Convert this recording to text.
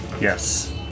Yes